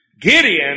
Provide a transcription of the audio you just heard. Gideon